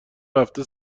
رفته